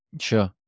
Sure